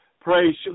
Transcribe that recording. Praise